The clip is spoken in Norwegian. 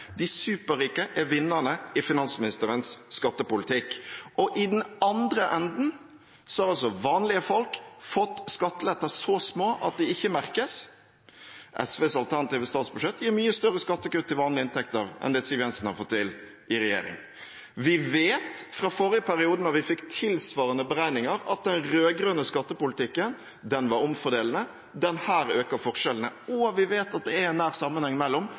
De superrike er vinnerne i finansministerens skattepolitikk. I den andre enden har altså vanlige folk fått skatteletter så små at de ikke merkes. SVs alternative statsbudsjett gir mye større skattekutt til vanlige inntekter enn det Siv Jensen har fått til i regjering. Vi vet fra forrige periode, da vi fikk tilsvarende beregninger, at den rød-grønne skattepolitikken var omfordelende. Denne øker forskjellene, og vi vet at det er en nær sammenheng mellom